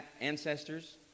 ancestors